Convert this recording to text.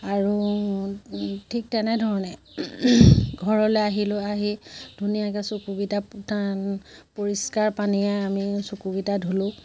আৰু ঠিক তেনেধৰণে ঘৰলৈ আহিলোঁ আহি ধুনীয়াকৈ চকুকেইটা পৰিষ্কাৰ পানীৰে আমি চকুকেইটা ধুলোঁ